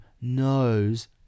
knows